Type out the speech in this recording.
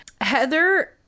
Heather